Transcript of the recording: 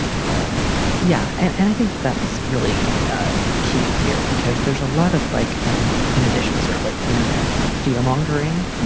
so yeah. and and i think that was really ah key here because there's a lot of like um in addition to sort of like internet fear mongering,